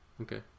Okay